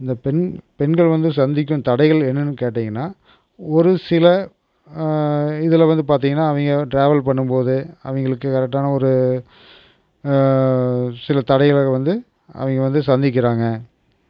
இந்த பெண் பெண்கள் வந்து சந்திக்கும் தடைகள் என்னென்னு கேட்டிங்கன்னால் ஒரு சில இதில் வந்து பார்த்திங்கன்னா அவங்க ட்ராவல் பண்ணும்போது அவங்களுக்கு கரெக்டான ஒரு சில தடைகள் வந்து அவங்க வந்து சந்திக்கிறாங்க